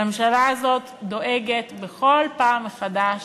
והממשלה הזאת דואגת בכל פעם מחדש